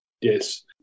Yes